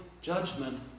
judgment